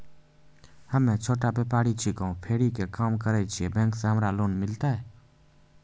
हम्मे छोटा व्यपारी छिकौं, फेरी के काम करे छियै, बैंक से हमरा लोन मिलतै?